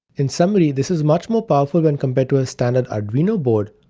in summary, this is much more powerful when compared to a standard arduino board.